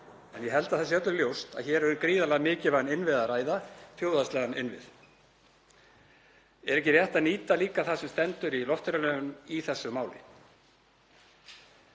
Ég held að það sé öllum ljóst að hér er um gríðarlega mikilvægan innvið að ræða, þjóðhagslegan innvið. Er ekki rétt að nýta líka það sem stendur í loftferðalögum í þessu máli?